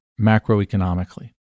macroeconomically